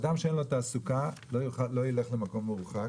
אדם שאין לו תעסוקה לא ילך למקום מרוחק.